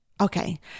Okay